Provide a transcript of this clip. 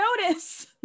notice